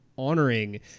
honoring